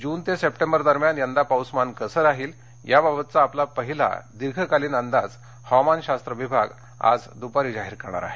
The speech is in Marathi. जून ते सप्टेंबर दरम्यान यंदा पाऊसमान कसं राहील या बाबतचा आपला पहिला दीर्घकालिन अंदाज हवामान शास्त्र विभाग आज दपारी जाहीर करणार आहे